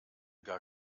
gar